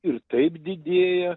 ir taip didėja